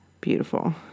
Beautiful